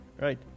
right